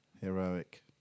Heroic